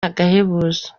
agahebuzo